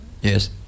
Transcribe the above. Yes